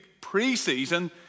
pre-season